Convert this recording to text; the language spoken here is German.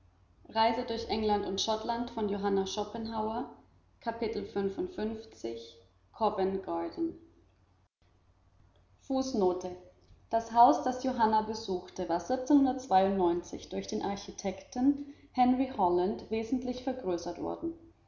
das haus das johanna besuchte war durch den architekten henry holland wesentlich vergrößert worden